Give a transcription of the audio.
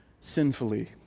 sinfully